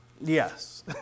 Yes